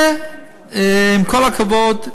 זה, עם כל הכבוד,